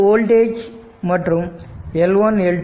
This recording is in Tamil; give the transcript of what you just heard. இது வோல்டேஜ் மற்றும் L 1 L 2 L 3